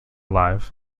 live